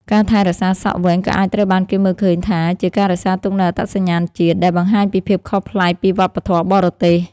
ការថែរក្សាសក់វែងក៏អាចត្រូវបានគេមើលឃើញថាជា ការរក្សាទុកនូវអត្តសញ្ញាណជាតិ ដែលបង្ហាញពីភាពខុសប្លែកពីវប្បធម៌បរទេស។